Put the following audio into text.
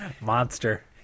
Monster